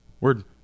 Word